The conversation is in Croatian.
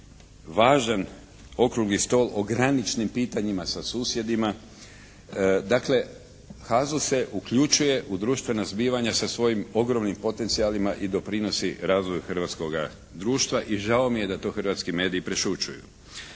važan okrugli stol o graničnim pitanjima sa susjedima. Dakle, HAZO se uključuje u društvena zbivanja sa svojim ogromnim potencijalima i doprinosi razvoju hrvatskoga društva i žao mi je da to hrvatski mediji prešućuju.